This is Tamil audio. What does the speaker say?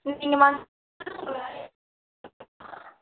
நீங்கள்